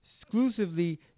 exclusively